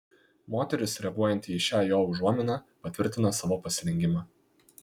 moteris reaguojanti į šią jo užuominą patvirtina savo pasirengimą